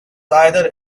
either